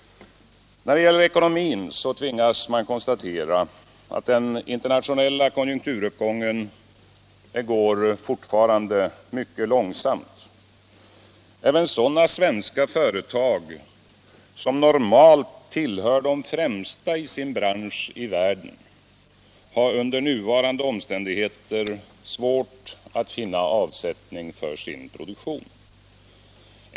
När det gäller ekonomin tvingas man konstatera att den internationella konjunkturuppgången fortfarande går mycket långsamt. Även sådana svenska företag som normalt tillhör de främsta i sin bransch i världen har under nuvarande omständigheter svårt att finna avsättning för sin produktion.